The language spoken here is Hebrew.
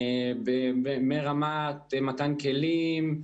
מרמת מתן כלים,